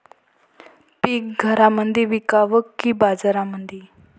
पीक घरामंदी विकावं की बाजारामंदी?